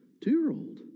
Two-year-old